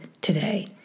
today